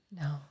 No